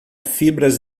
fibras